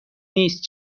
نیست